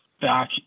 back